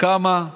קמה,